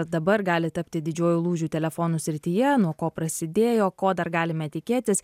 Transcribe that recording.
dabar gali tapti didžiuoju lūžiu telefonų srityje nuo ko prasidėjo ko dar galime tikėtis